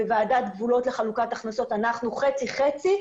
בוועדת גבולות לחלוקת הכנסות אנחנו חצי-חצי.